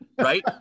right